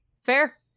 Fair